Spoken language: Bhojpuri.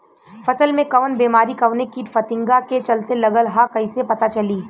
फसल में कवन बेमारी कवने कीट फतिंगा के चलते लगल ह कइसे पता चली?